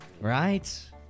Right